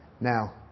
Now